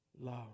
Love